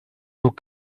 aux